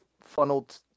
funneled